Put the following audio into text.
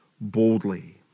boldly